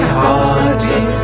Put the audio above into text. hardy